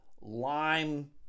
lime